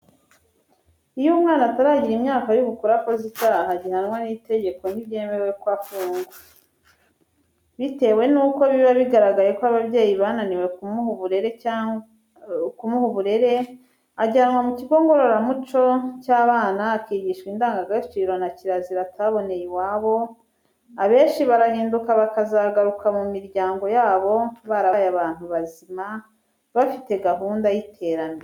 Iyo umwana ataragira imyaka y'ubukure akoze icyaha gihanwa n'itegeko ntibyemewe ko afungwa. Bitewe n'uko biba bigaragaye ko ababyeyi bananiwe kumuha uburere, ajyanwa mu kigo ngororamuco cy'abana, akigishwa indangagaciro na kirazira ataboneye iwabo; abenshi barahinduka bakazagaruka mu miryango yabo barabaye abantu bazima, bafite gahunda y'iterambere.